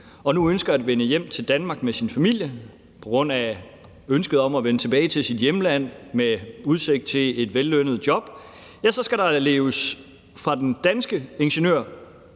og nu ønsker at vende hjem til Danmark med sin familie på grund af ønsket om at vende tilbage til sit hjemland med udsigt til et vellønnet job, skal leve op til strengere